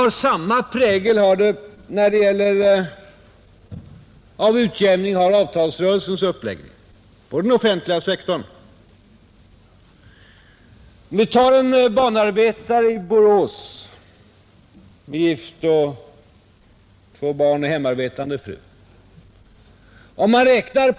Och samma ptägel av utjämning har avtalsrörelsens uppläggning på den offentliga sektorn. Jag kan som exempel ta en gift banarbetare i Borås med hemarbetande fru och två barn.